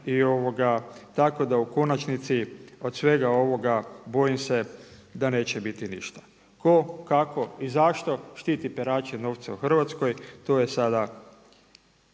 tako da u konačnici od svega ovoga, bojim se da neće biti ništa. Tko, kako i zašto štiti berače novca u Hrvatskoj, to je sada